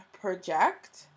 project